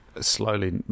slowly